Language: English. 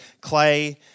Clay